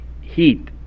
heat